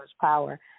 power